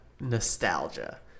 Nostalgia